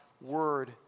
word